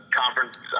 conference